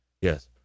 Yes